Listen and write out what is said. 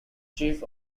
chief